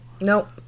Nope